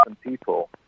people